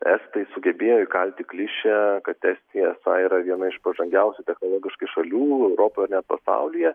estai sugebėjo įkalti klišę kad estija esą yra viena iš pažangiausių technologiškai šalių europoje ir net pasaulyje